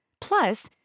Plus